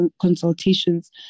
consultations